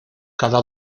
cada